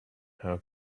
how